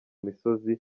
misozi